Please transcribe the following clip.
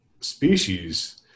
species